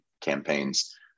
campaigns